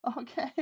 okay